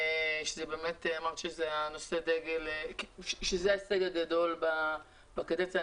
אמרת שזה ההישג הגדול בקדנציה שלך,